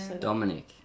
dominic